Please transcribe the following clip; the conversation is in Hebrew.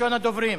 ראשון הדוברים.